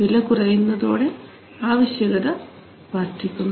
വില കുറയുന്നതോടെ ആവശ്യകത വർദ്ധിക്കുന്നു